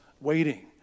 waiting